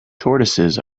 tortoises